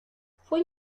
fue